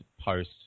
post